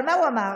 אבל מה הוא אמר?